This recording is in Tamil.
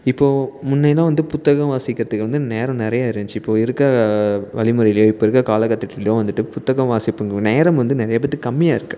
இப்போ முன்னையெல்லாம் வந்து புத்தகம் வாசிக்கிறதுக்கு வந்து நேரம் நிறையா இருந்துச்சி இப்போ இருக்கற வழி முறையிலேயோ இப்போ இருக்கற காலக்கட்டத்துலேயோ வந்துட்டு புத்தகம் வாசிக்கும் நேரம் வந்து நிறையா பேற்றுக்கு கம்மியாக இருக்குது